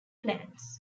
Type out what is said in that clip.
plants